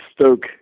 Stoke